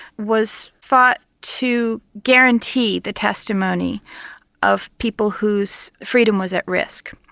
was thought to guarantee the testimony of people whose freedom was at risk.